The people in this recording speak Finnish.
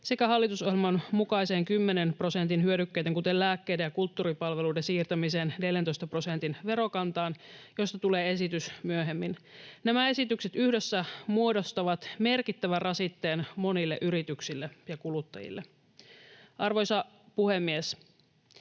sekä hallitusohjelman mukaiseen 10 prosentin hyödykkeiden, kuten lääkkeiden ja kulttuuripalveluiden, siirtämiseen 14 prosentin verokantaan, mistä tulee esitys myöhemmin. Nämä esitykset yhdessä muodostavat merkittävän rasitteen monille yrityksille ja kuluttajille. Arvoisa puhemies!